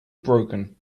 broken